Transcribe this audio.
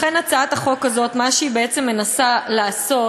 לכן הצעת החוק הזאת, מה שהיא בעצם מנסה לעשות,